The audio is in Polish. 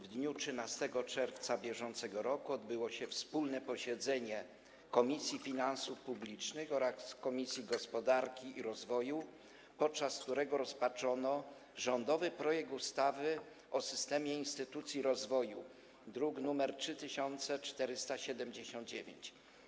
W dniu 13 czerwca br. odbyło się wspólne posiedzenie Komisji Finansów Publicznych oraz Komisji Gospodarki i Rozwoju, podczas którego rozpatrzono rządowy projekt ustawy o systemie instytucji rozwoju, druk nr 3479.